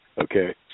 Okay